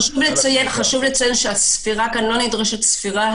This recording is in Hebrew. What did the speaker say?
חשוב לציין שלא נדרשת כאן ספירה.